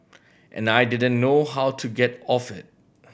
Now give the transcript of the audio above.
and I didn't know how to get off it